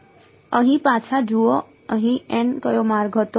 અહીં પાછા જુઓ અહીં કયો માર્ગ હતો